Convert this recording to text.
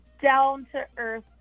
down-to-earth